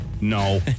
No